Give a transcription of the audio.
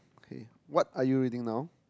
okay what are you reading now